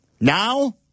Now